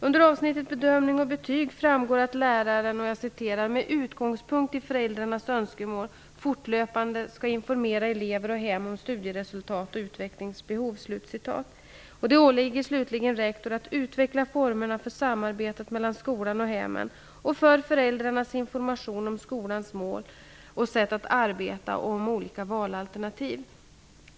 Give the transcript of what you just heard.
Under avsnittet Bedömning och betyg framgår att läraren skall ''med utgångspunkt i föräldrarnas önskemål fortlöpande informera elever och hem om studieresultat och utvecklingsbehov''. Det åligger slutligen rektor att utveckla formerna för samarbetet mellan skolan och hemmen och för föräldrarnas information om skolans mål och sätt att arbeta och om olika valalternativ.